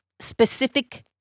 specific